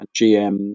gm